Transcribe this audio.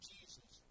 Jesus